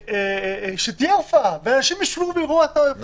תהיה הופעה ואנשים ישבו ויצפו בה.